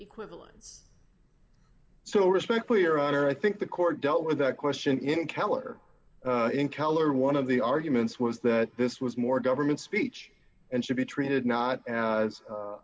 equivalents so respectful your honor i think the court dealt with that question in kalar in color one of the arguments was that this was more government speech and should be treated not as